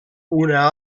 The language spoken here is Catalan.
una